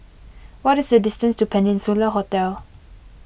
what is the distance to Peninsula Hotel